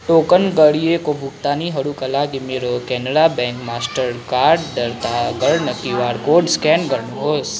token गरिएको भुक्तानीहरूका लागि मेरो केनरा ब्याङ्क मास्टरकार्ड दर्ता गर्न क्युआर कोड स्क्यान गर्नुहोस्